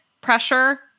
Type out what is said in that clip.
pressure